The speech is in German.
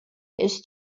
ist